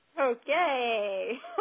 Okay